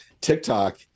TikTok